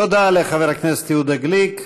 תודה לחבר הכנסת יהודה גליק.